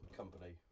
company